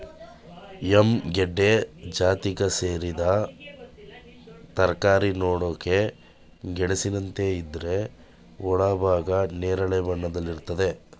yam ಗೆಡ್ಡೆ ಜಾತಿಗ್ ಸೇರಿದ್ ತರಕಾರಿ ನೋಡಕೆ ಗೆಣಸಿನಂತಿದೆ ಇದ್ರ ಒಳಭಾಗ ನೇರಳೆ ಬಣ್ಣದಲ್ಲಿರ್ತದೆ